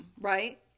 right